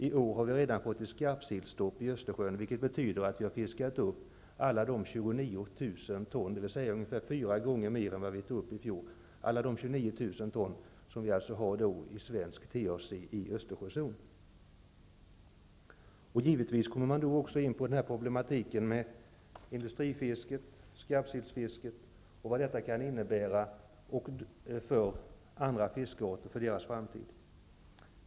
I år har vi redan fått ett skarpsillstopp i Östersjön, vilket betyder att vi har fiskat upp alla de 29 000 ton, dvs. ungefär fyra gånger mer än vi tog upp i fjol, som vi har i svensk Givetvis kommer man då också in på problematiken med industrifisket, skarpsillsfisket, och vad detta kan innebära för andra fiskearters framtid.